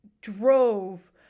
drove